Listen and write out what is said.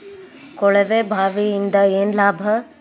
ಕೊಳವೆ ಬಾವಿಯಿಂದ ಏನ್ ಲಾಭಾ?